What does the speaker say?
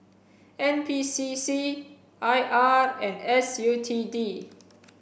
N P C C I R and S U T D